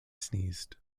sneezed